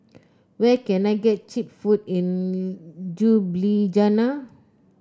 where can I get cheap food in Ljubljana